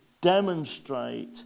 demonstrate